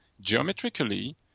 geometrically